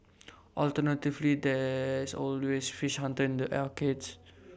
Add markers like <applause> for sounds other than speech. <noise> alternatively there's always fish Hunter in the arcades